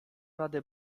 rady